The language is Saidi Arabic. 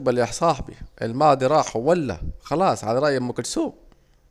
شوف يا صاحبي الماضي خلاص راح وولى، على رأي ام كلسوم